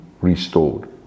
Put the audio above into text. restored